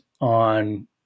on